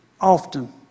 often